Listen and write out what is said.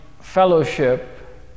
fellowship